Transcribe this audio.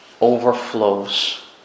overflows